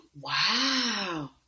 Wow